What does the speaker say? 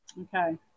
Okay